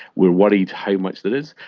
we are worried how much there is.